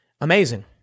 Amazing